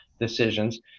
decisions